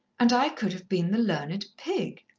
and i could have been the learned pig,